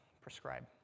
prescribe